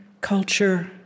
culture